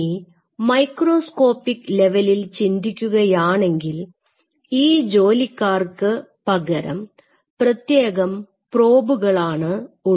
ഇനി മൈക്രോസ്കോപ്പിക് ലെവലിൽ ചിന്തിക്കുകയാണെങ്കിൽ ഈ ജോലിക്കാർക്ക് പകരം പ്രത്യേകം പ്രോബുകൾ ആണ് ഉള്ളത്